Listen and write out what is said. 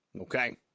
okay